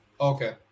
Okay